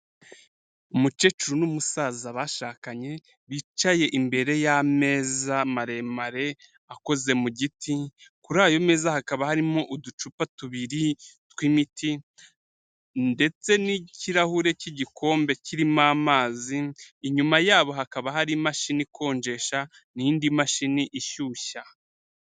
Umukecuru n'umusaza bashakanye, bicaye imbere y'ameza maremare akoze mu giti, kuri ayo meza hakaba harimo uducupa tubiri tw'imiti, ndetse n'ikirahure cy'igikombe kirimo amazi, inyuma yabo hakaba hari imashini ikonjesha, n'indi mashini ishyushya.